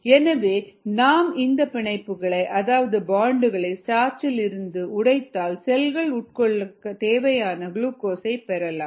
எனவே நாம் இந்த பிணைப்புகளை அதாவது பான்ட்களை ஸ்டார்ச்சிலிருந்து உடைத்தால் செல்கள் உட்கொள்ள தேவையான குளுக்கோஸைப் பெறலாம்